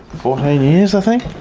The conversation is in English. fourteen years i think.